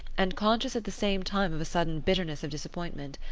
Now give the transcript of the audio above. and conscious at the same time of a sudden bitterness of disappointment,